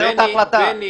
זאת ההחלטה.